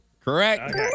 Correct